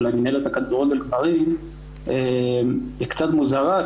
או למינהלת הכדורגל היא קצת מוזרה,